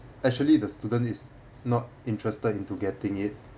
actually the student is not interested into getting it